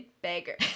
beggar